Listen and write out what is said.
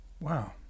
Wow